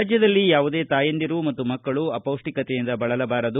ರಾಜ್ಯದಲ್ಲಿ ಯಾವುದೇ ತಾಯಿಯಂದಿರು ಮತ್ತು ಮಕ್ಕಳು ಅಪೌಷ್ಷಿಕತೆಯಿಂದ ಬಳಲಬಾರದು